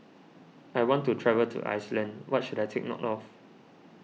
I want to travel to Iceland what should I take note of